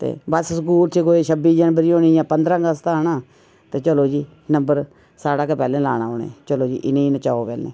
ते बस स्कूल च कोई छब्बी जनबरी होनी जां पंदरां अगस्त आना ते चलो जी नम्बर साढ़ा गै पैह्लें लाना उनें चलो जी इनेंगी नचाओ पैह्लें